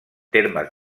termes